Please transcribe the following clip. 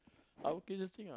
I okay this thing ah